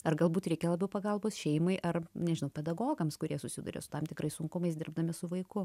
ar galbūt reikia labiau pagalbos šeimai ar nežinau pedagogams kurie susiduria su tam tikrais sunkumais dirbdami su vaiku